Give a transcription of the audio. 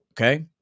Okay